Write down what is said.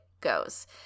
goes